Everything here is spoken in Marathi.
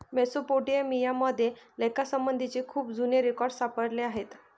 मेसोपोटेमिया मध्ये लेखासंबंधीचे खूप जुने रेकॉर्ड सापडले आहेत